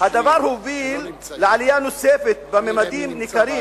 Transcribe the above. הדבר הוביל לעלייה נוספת, בממדים ניכרים,